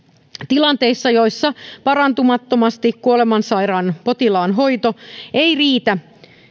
tilanteissa joissa parantumattomasti kuolemansairaan potilaan hoito ei riitä